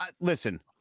listen